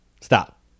Stop